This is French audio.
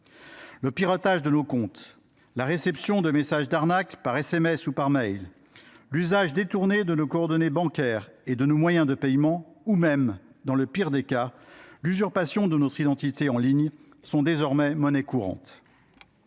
Le piratage de nos comptes, la réception de messages d’arnaque par SMS ou par mail, l’usage détourné de nos coordonnées bancaires et de nos moyens de paiement ou même, dans le pire des cas, l’usurpation de notre identité en ligne sont désormais monnaie courante.